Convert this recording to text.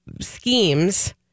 schemes